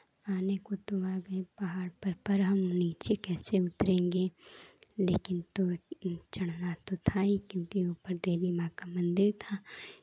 आने को तो आ गए पहाड़ पर पर हम नीचे कैसे उतरेंगे लेकिन सोच के चढ़ना तो था ही क्योंकि ऊपर देवी माँ का मन्दिर था